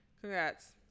Congrats